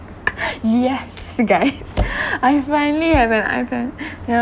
yes guys I finally have an iPad yeah